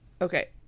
Okay